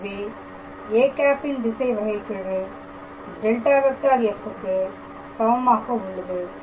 எனவே â ண் திசைவகைகெழு ∇⃗⃗ f க்கு சமமாக உள்ளது